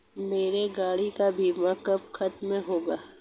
मेरे गाड़ी का बीमा कब खत्म होगा?